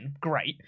Great